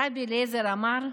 רבי אליעזר אמר: